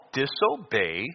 disobey